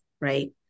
right